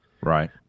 Right